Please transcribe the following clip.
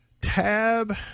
Tab